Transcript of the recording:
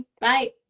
Bye